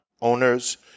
owners